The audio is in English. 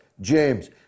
James